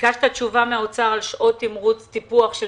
ביקשת תשובה מן האוצר על שעות תמרוץ וטיפוח של